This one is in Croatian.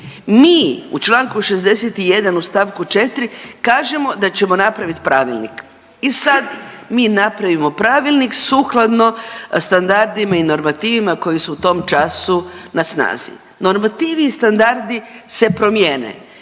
mi u čl. 61. u st. 4. kažemo da ćemo napraviti pravilnik i sad mi napravimo pravilnik sukladno standardima i normativima koji su u tom času na snazi. Normativi i standardi se promijene